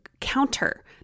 counter